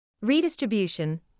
Redistribution